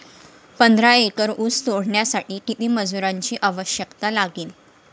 पंधरा एकर ऊस तोडण्यासाठी किती मजुरांची आवश्यकता लागेल?